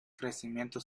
crecimiento